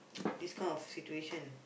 this kind of situation